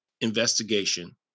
investigation